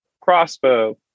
crossbow